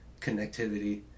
connectivity